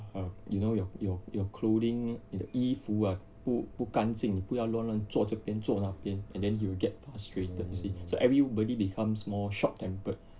um you know your your your clothing 你的衣服 ah 不干净不要乱乱坐这边坐那边 and then he will get frustrated you see so everybody becomes more short tempered